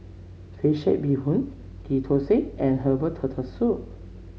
fish head Bee Hoon Ghee Thosai and Herbal Turtle Soup